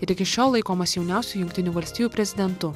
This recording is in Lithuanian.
ir iki šiol laikomas jauniausiu jungtinių valstijų prezidentu